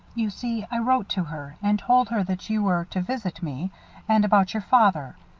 you see, i wrote to her and told her that you were to visit me and about your father.